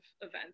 event